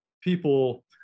people